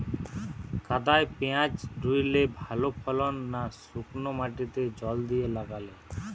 কাদায় পেঁয়াজ রুইলে ভালো ফলন না শুক্নো মাটিতে জল দিয়ে লাগালে?